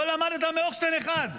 לא למדת מהוכשטיין 1?